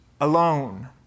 alone